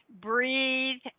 breathe